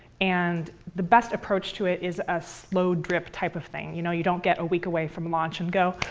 and the best approach to it is a slow drip type of thing. you know you don't get a week away from launch and go,